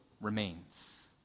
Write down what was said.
remains